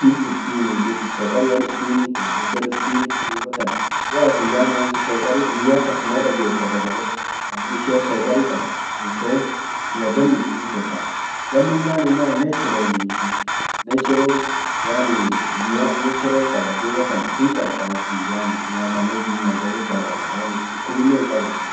dib duftinii dukub sokaria duftini wongudda duftinii dubatan hoatin amtan sokari mia kasuma dagetaa sagale amo ishia sokari qabd hinfen sila dam itbufetaa damin man yenan natural lii ishin natural yani miya natural qaba dubatan hinqarqartii yani miya dalechaa qaba yani dukubinen hinqabuu gammi.